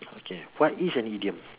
okay what is an idiom